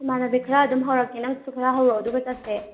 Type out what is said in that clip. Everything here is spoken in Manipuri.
ꯏꯃꯥꯟꯅꯕꯤ ꯈꯔ ꯑꯗꯨꯝ ꯍꯧꯔꯛꯀꯦ ꯅꯪꯁꯨ ꯈꯔ ꯍꯧꯔꯛꯑꯣ ꯑꯗꯨꯒ ꯆꯠꯁꯦ